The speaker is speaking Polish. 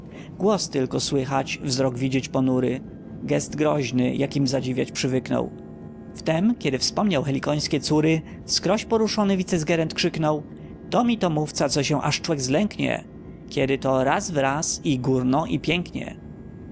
głos tylko słychać wzrok widzieć ponury giest groźny jakim zadziwiać przywyknął wtem kiedy wspomniał helikońskie córy wskroś poruszony wicesgerent krzyknął to mito mówca co się aż człek zlęknie kiedy to razwraz i górno i pięknie